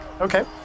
Okay